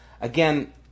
again